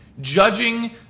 judging